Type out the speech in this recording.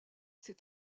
ses